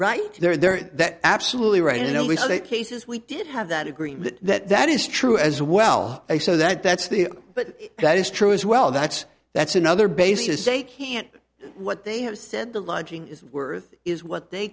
right there that absolutely right in at least eight cases we did have that agreement that that is true as well so that that's the but that is true as well that's that's another basis say can't what they have said the lodging is worth is what they